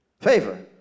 Favor